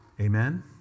Amen